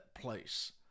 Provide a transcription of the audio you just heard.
place